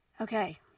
Okay